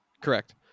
Correct